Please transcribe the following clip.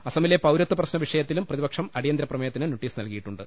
അസമിലെ പൌരത്വ പ്രശ്ന വിഷയത്തിലും പ്രതിപക്ഷം അടി യന്തരപ്രമേയത്തിന് നോട്ടീസ് നൽകിയിട്ടുണ്ട്